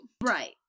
right